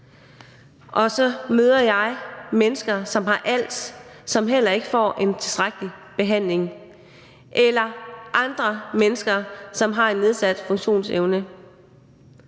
Og så møder jeg mennesker, som har als, og som heller ikke får en tilstrækkelig behandling, eller jeg møder andre mennesker, som har en nedsat funktionsevne.